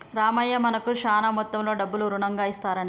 రామయ్య మనకు శాన మొత్తంలో డబ్బులు రుణంగా ఇస్తారంట